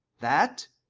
that,